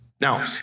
Now